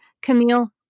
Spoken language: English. Camille